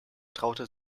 traute